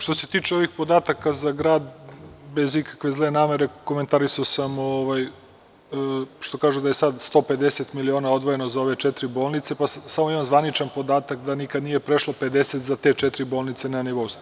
Što se tiče ovih podataka za grad, bez ikakve zle namere, komentarisao sam što kažu da je sada 150 miliona odvojeno za ove četiri bolnice, pa samo jedan zvaničan podatak, da nikad nije prešlo 50 za te četiri bolnice na nivou.